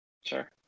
Sure